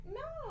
no